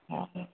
हँ